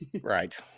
right